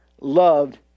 loved